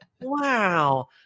Wow